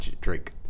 Drake